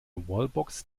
wallbox